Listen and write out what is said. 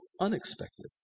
unexpected